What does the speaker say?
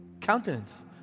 countenance